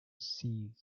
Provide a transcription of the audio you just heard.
seas